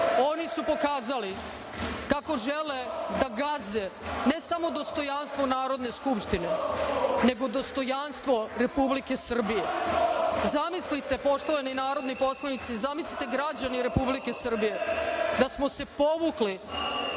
Oni su pokazali kako žele da gaze ne samo dostojanstvo Narodne skupštine, nego dostojanstvo Republike Srbije. Zamislite, poštovani narodni poslanici, zamislite građani Republike Srbije, da smo se povukli